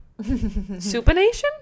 Supination